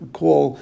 call